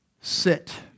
Sit